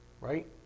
right